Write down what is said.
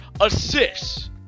assists